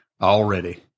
already